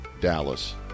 Dallas